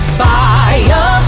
fire